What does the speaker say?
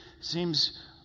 seems